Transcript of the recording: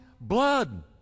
blood